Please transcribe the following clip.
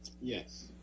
Yes